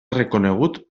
reconegut